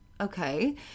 Okay